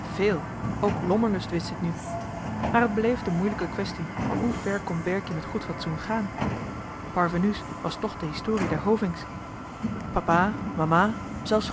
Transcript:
veel ook lommerlust wist dit nu johan de meester de zonde in het deftige dorp maar het bleef de moeilijke kwestie hoever kon berkie met goed fatsoen gaan parvenu's toch was de historie der hovink's papa mama zelfs